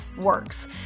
works